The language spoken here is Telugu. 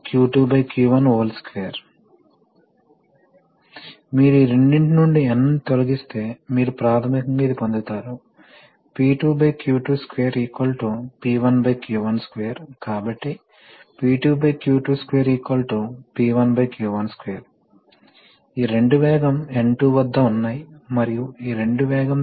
కాబట్టి ప్రెషర్ రెగ్యులేటర్ వాస్తవానికి ఈ రెండు పనులు చేస్తుంది ఇది మొదట ప్రెషర్ స్థాయిలను మారుస్తుంది మరియు అది ప్రెషర్ ని స్థిరంగా ఉంచుతుంది రెండవది మనకు లూబ్రికేషన్ అవసరం ఎందుకంటె సెల్ఫ్ లూబ్రికేషన్ యొక్క ఫ్రస్ట్రేషన్ రెండవది సీల్ యొక్క బిగుతు కారణంగా మీరు ఫ్రిక్షన్ ను పెంచుతారు కాబట్టి స్పష్టమైన లూబ్రికేషన్ అవసరం మరియు మనకు ఎయిర్ ఫిల్టర్ కూడా అవసరం ఎందుకంటే మనం వాతావరణం నుండి గాలిని తీసుకుంటున్నాము ఇందులో చాలా కణజాల విషయాలు ఉన్నాయి మరియు అవి లోపల అడ్డుపడతాయి